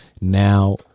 now